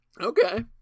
Okay